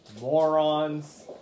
Morons